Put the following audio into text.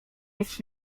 jest